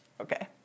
okay